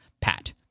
pat